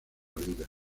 vida